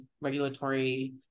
regulatory